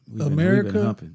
America